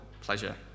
pleasure